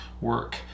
work